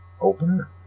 opener